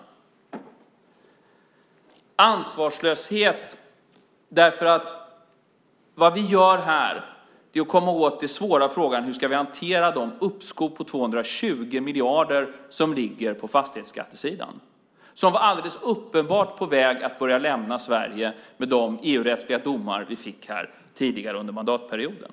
Det är ansvarslöst för att det vi gör är att komma åt den svåra frågan hur vi ska hantera de uppskov på 220 miljarder som ligger på fastighetsskattesidan och som alldeles uppenbart var på väg att börja lämna Sverige i och med de EU-rättsliga domar vi fick tidigare under mandatperioden.